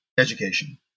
education